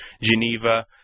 Geneva